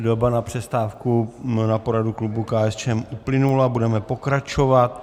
Doba na přestávku na poradu klubu KSČM uplynula, budeme pokračovat.